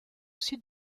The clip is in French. sud